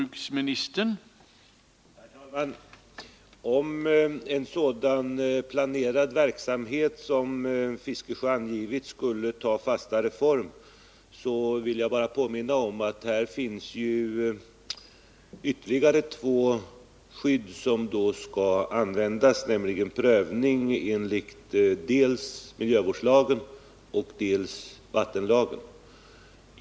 Herr talman! Jag vill bara påminna om att ifall en sådan planerad verksamhet som Bertil Fiskesjö angivit skulle ta fastare form, så är det ytterligare två skydd som skall användas, nämligen prövning enligt dels miljöskyddslagen, dels vattenlagen.